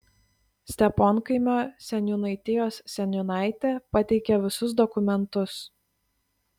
steponkaimio seniūnaitijos seniūnaitė pateikė visus dokumentus